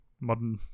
modern